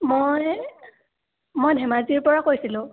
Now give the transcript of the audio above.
মই মই ধেমাজিৰপৰা কৈছিলোঁ